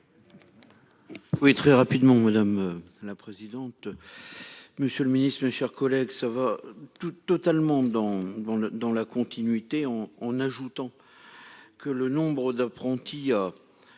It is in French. Oui, très rapidement, madame la présidente. Monsieur le Ministre, mes chers collègues. Ça va tout totalement dans, dans le, dans la continuité en en ajoutant. Que le nombre d'apprentis à.